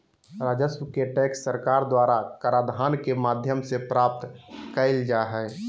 राजस्व के टैक्स सरकार द्वारा कराधान के माध्यम से प्राप्त कइल जा हइ